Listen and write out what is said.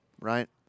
right